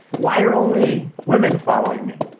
why are only women following me?